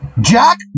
Jack